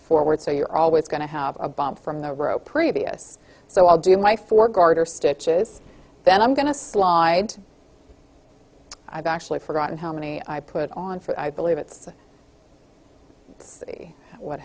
forward so you're always going to have a bump from the previous so i'll do my four garter stitches then i'm going to slide i've actually forgotten how many i put on for i believe it's see what